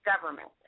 government